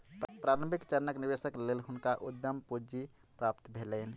प्रारंभिक चरणक निवेशक लेल हुनका उद्यम पूंजी प्राप्त भेलैन